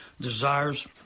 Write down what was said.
desires